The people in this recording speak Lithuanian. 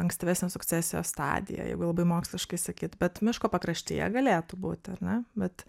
ankstyvesnės sukcesijos stadija jeigu labai moksliškai sakyt bet miško pakraštyje galėtų būt ar ne bet